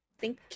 thank